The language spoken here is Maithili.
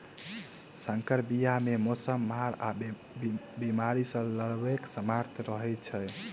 सँकर बीया मे मौसमक मार आ बेमारी सँ लड़ैक सामर्थ रहै छै